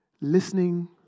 listening